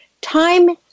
time